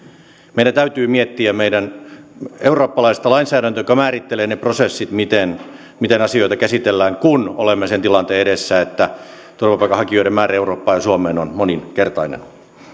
meidän täytyy miettiä meidän eurooppalaista lainsäädäntöämme joka määrittelee ne prosessit miten miten asioita käsitellään kun olemme sen tilanteen edessä että turvapaikanhakijoiden määrä eurooppaan ja suomeen on moninkertainen